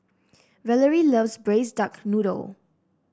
Valorie loves Braised Duck Noodle